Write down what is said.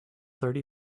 thirty